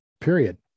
period